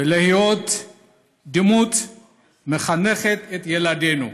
ולהיות דמות המחנכת את ילדינו.